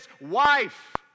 wife